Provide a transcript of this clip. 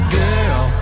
girl